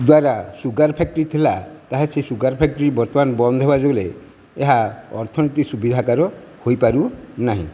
ଦ୍ୱାରା sugar factory ଥିଲା ତାହା ସେ ସୁଗାର ଫ୍ୟାକ୍ଟ୍ରି ବର୍ତ୍ତମାନ ବନ୍ଦ ହେବା ଯୋଗରୁ ଏହା ଅର୍ଥନୀତି ସୁବିଧା ତା'ର ହୋଇପାରୁ ନାହିଁ